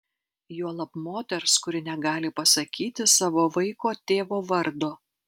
juolab moters kuri negali pasakyti savo vaiko tėvo vardo